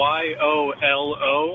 y-o-l-o